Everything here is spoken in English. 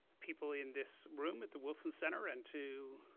people in this room at the wilson center and to.